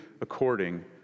according